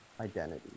identity